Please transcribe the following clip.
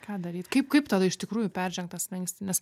ką daryt kaip kaip tada iš tikrųjų peržengt tą slenkstį nes